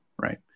right